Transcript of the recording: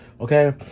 okay